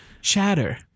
Shatter